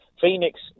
Phoenix